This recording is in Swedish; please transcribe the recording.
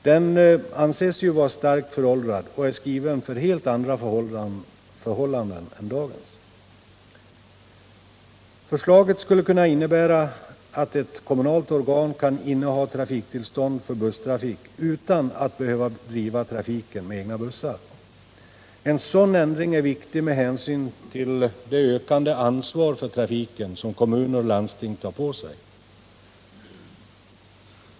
Den anses ju vara starkt föråldrad och är skriven för helt andra förhållanden än dagens. Förslaget skulle kunna innebära att ett kommunalt organ kan inneha trafiktillstånd för busstrafik utan att behöva driva trafiken med egna bussar. En sådan ändring är viktig med hänsyn till det ökande ansvar för trafiken som kommuner och landsting tar på sig.